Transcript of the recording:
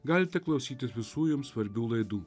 galite klausytis visų jums svarbių laidų